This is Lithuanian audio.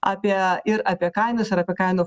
apie ir apie kainas ir apie kainų